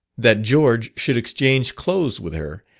that george should exchange clothes with her,